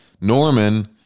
Norman